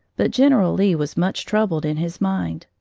but general lee was much troubled in his mind.